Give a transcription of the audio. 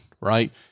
Right